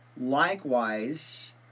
Likewise